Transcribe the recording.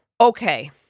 Okay